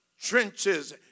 trenches